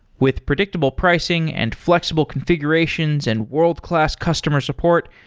with predictable pricing and flexible configurations and world-class customer support,